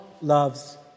loves